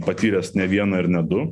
patyręs ne vieną ir ne du